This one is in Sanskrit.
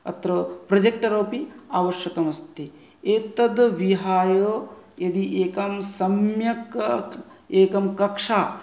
अत्र प्रोजेक्टरपि आवश्यकमस्ति एतद् विहाय यदि एकं सम्यक् एका कक्षा